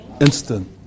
instant